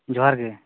ᱡᱚᱦᱟᱨ ᱜᱮ